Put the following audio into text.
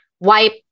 wipe